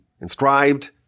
inscribed